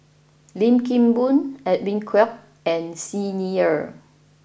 Lim Kim Boon Edwin Koek and Xi Ni Er